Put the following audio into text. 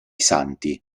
santi